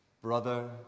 Brother